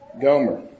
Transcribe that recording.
Gomer